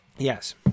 Yes